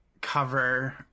cover